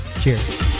Cheers